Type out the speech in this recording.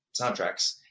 Soundtracks